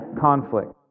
conflict